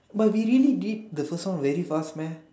but we really did the first one very fast meh